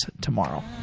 tomorrow